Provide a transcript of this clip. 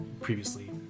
previously